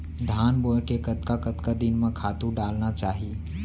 धान बोए के कतका कतका दिन म खातू डालना चाही?